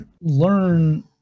learn